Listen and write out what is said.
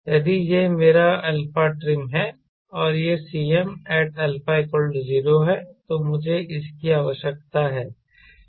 यदि यह मेरा αtrim है और यह Cmat α0है तो मुझे इसकी आवश्यकता है